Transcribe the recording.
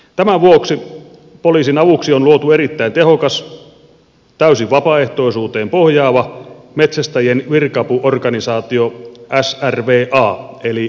tämän vuoksi poliisin avuksi on luotu erittäin tehokas täysin vapaaehtoisuuteen pohjaava metsästäjien virka apuorganisaatio srva eli suurriistavirka apu